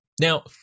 Now